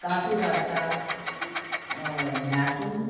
कापि वार्ता ज्ञातुम्